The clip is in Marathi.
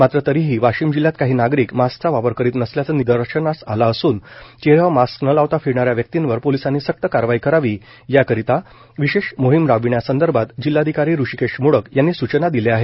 मात्र तरीही वाशिम जिल्ह्यात काही नागरिक मास्कचा वापर करीत नसल्याचे निदर्शनास आले असून चेहऱ्यावर मास्क न लावता फिरणाऱ्या व्यक्तींवर पोलिसांनी सक्त कारवाई करावी याकरिता विशेष मोहीम राबविण्यासंदर्भात जिल्हाधिकारी हृषीकेश मोडक यांनी सूचना दिल्या आहे